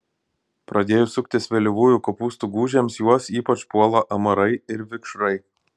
pradėjus suktis vėlyvųjų kopūstų gūžėms juos ypač puola amarai ir vikšrai